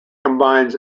combines